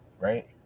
right